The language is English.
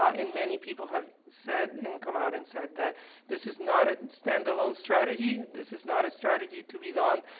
ah, and many people have said and come out and said that this is not a standalone strategy this is not a strategy to be done,